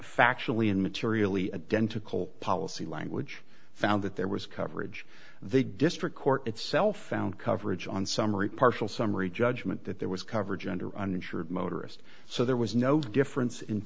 factually in materially a dental policy language found that there was coverage they district court itself found coverage on summary partial summary judgment that there was coverage under uninsured motorist so there was no difference in